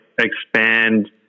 expand